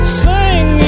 sing